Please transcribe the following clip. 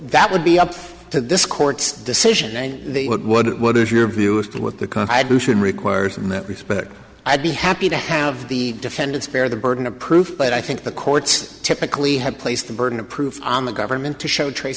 that would be up to this court's decision and the what would what is your view as to what the constitution requires in that respect i'd be happy to have the defendants bear the burden of proof but i think the courts typically have placed the burden of proof on the government to show trace